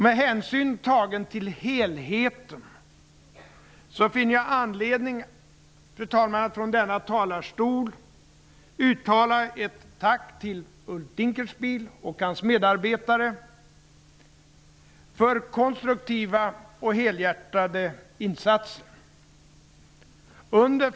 Med hänsyn tagen till helheten finner jag anledning, fru talman, att från denna talarstol uttala ett tack till Ulf Dinkelspiel och hans medarbetare för konstruktiva och helhjärtade insatser.